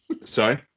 Sorry